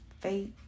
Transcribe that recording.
faith